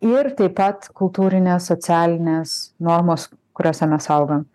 ir taip pat kultūrinės socialinės normos kuriose mes augam